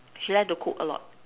she like to cook a lot